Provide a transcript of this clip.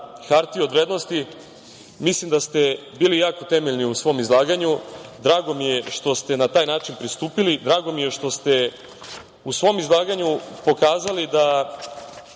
hartije od vrednosti mislim da ste bili jako temeljni u svom izlaganju. Drago mi je što ste na taj način pristupili, drago mi je što ste u svom izlaganju pokazali da